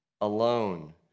alone